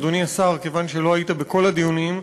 אדוני השר, כיוון שלא היית בכל הדיונים,